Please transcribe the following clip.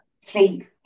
sleep